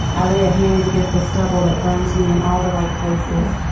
i lay a hand against the stubble that burns me in all the right places.